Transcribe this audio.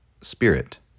spirit